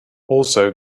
also